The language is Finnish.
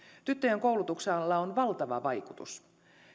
tyttöjen koulutuksella on valtava vaikutus